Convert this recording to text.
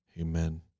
Amen